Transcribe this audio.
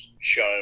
shown